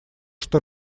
что